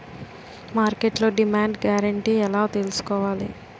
మార్కెట్లో demand guarantee ఎలా తెల్సుకోవాలి?